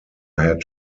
had